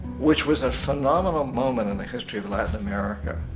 which was a phenomenal moment in the history of latin america.